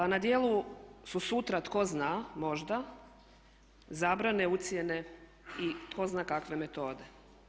Na djelu su sutra tko zna, možda, zabrane, ucjene i tko zna kakve metode.